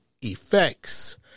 effects